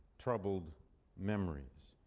troubled memories.